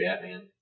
Batman